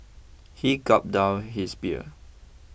he gulped down his beer